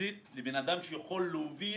פיזית לבן אדם שיכול להוביל